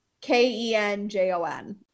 K-E-N-J-O-N